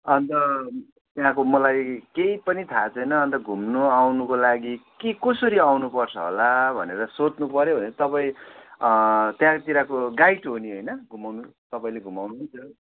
अन्त त्यहाँको मलाई केही पनि थाह छैन अन्त घुम्नु आउनुको लागि के कसरी आउनु पर्छ होला भनेर सोध्नु पर्यो भनेर तपाईँ त्यहाँतिरको गाइड हो नि होइन घुमाउनु तपाईँले घुमाउनु हुन्छ